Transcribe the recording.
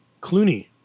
Clooney